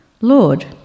Lord